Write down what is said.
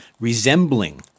resembling